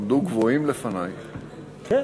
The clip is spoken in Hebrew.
תודה לך,